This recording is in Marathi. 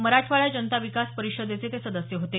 मराठवाडा जनता विकास परीषदेचे ते सदस्य होते